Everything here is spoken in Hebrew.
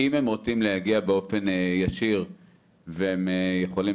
אם הם רוצים להגיע באופן ישיר הם יכולים